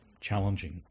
challenging